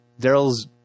Daryl's